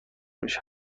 میشن